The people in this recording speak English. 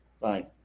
Bye